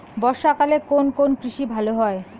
বর্ষা কালে কোন কোন কৃষি ভালো হয়?